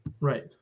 Right